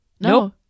No